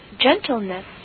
gentleness